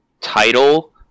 title